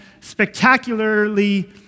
spectacularly